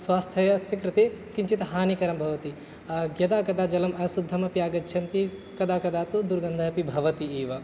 स्वास्थ्यस्य कृते किञ्चित् हानिकरं भवति यदा कदा जलम् अशुद्धम् अपि आगच्छन्ति कदा कदा तु दुर्गन्धः अपि भवतिः एव